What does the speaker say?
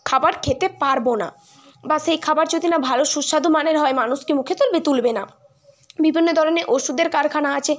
খাবার খেতে পারব না বা সেই খাবার যদি না ভালো সুস্বাদু মানের হয় মানুষ কি মুখে তুলবে তুলবে না বিভিন্ন ধরনের ওষুধের কারখানা আছে